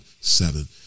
seven